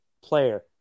player